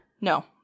no